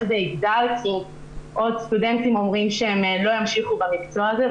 וגדל כי עוד סטודנטים אומרים שהם לא ימשיכו במקצוע הזה,